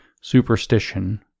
superstition